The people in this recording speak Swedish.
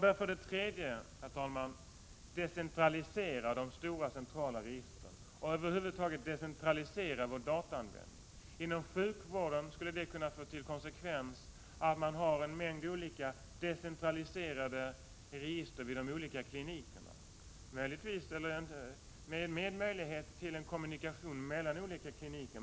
För det tredje bör man, herr talman, decentralisera de stora centrala registren och över huvud taget decentralisera vår dataanvändning. Inom sjukvården skulle det kunna få till konsekvens att man har en mängd olika decentraliserade register vid de olika klinikerna, med möjlighet till en kommunikation mellan olika kliniker.